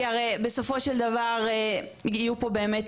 כי הרי בסופו של דבר יהיו פה באמת